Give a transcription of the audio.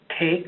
take